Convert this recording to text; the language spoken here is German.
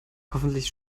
hoffentlich